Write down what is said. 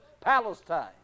Palestine